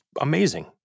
amazing